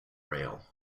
rail